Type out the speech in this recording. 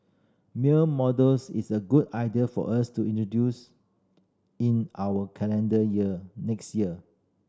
male models is a good idea for us to introduce in our calendar year next year